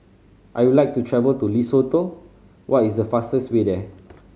I would like to travel to Lesotho what is the fastest way there